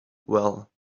well